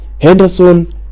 henderson